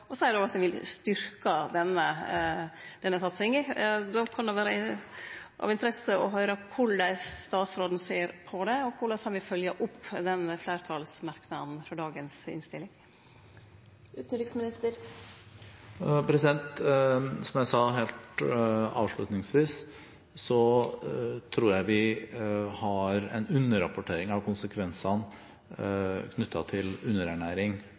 og seier at ein vil styrkje den satsinga. Då kan det vere av interesse å høyre korleis statsråden ser på det, og korleis han vil følgje opp den fleirtalsmerknaden i dagens innstilling. Som jeg sa helt avslutningsvis: Jeg tror vi har en underrapportering av konsekvensene knyttet til underernæring